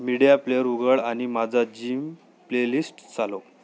media player उघड आणि माझा जिम प्लेलिस्ट चालव